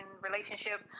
relationship